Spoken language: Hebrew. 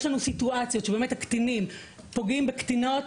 יש לנו סיטואציות שבאמת הקטינים פוגעים בקטינות,